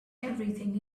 everything